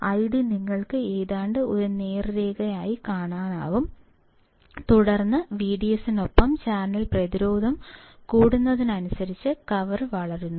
ID നിങ്ങൾക്ക് ഏതാണ്ട് ഒരു നേർരേഖ ആയി കാണാനാകും തുടർന്ന് VDSനൊപ്പം ചാനൽ പ്രതിരോധം കൂടുന്നതിനനുസരിച്ച് കർവ് വളയുന്നു